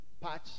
patch